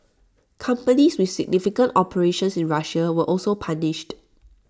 companies with significant operations in Russia were also punished